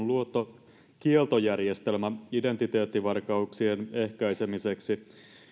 luottokieltojärjestelmä identiteettivarkauksien ehkäisemiseksi